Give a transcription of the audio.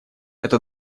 это